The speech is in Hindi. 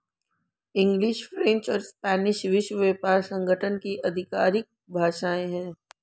इंग्लिश, फ्रेंच और स्पेनिश विश्व व्यापार संगठन की आधिकारिक भाषाएं है